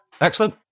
excellent